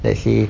let's say